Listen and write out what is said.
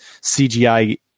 CGI